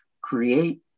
create